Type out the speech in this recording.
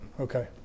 okay